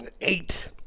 Eight